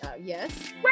Yes